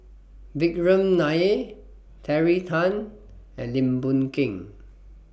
Vikram Nair Terry Tan and Lim Boon Keng